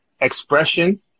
expression